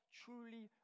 truly